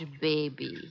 baby